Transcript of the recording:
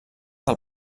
del